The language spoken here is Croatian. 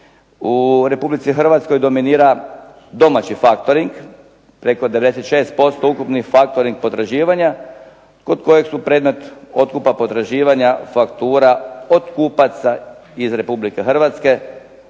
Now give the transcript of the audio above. u RH dominira domaći faktoring, preko 96% ukupnih faktoring potraživanja kod kojeg su predmet otkupa potraživanja faktura kod kupaca iz RH te